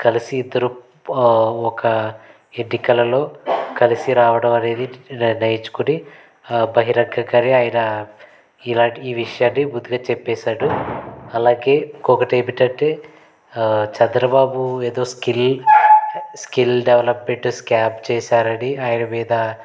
కలసి ఇద్దరూ ఒక ఎన్నికలలో కలిసి రావడం అనేది నిర్ణయించుకొని బహిరంగంగానే ఆయన ఇలాంటి ఈ విషయాన్ని ముందుగా చెప్పేశాడు అలాగే ఇంకొకటి ఏమిటంటే చంద్రబాబు ఏదో స్కిల్ స్కిల్ డెవలప్ పెట్టే స్కామ్ చేశారని ఆయన మీద